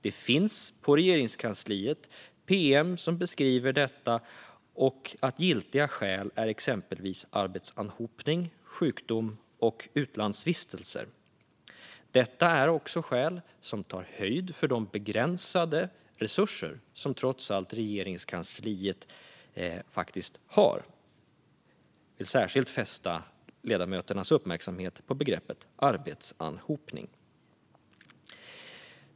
Det finns på Regeringskansliet ett pm som beskriver detta och att giltiga skäl är exempelvis arbetsanhopning, sjukdom och utlandsvistelser. Detta är också skäl som tar höjd för de begränsade resurser som Regeringskansliet faktiskt har. Jag vill särskilt fästa ledamöternas uppmärksamhet på begreppet arbetsanhopning.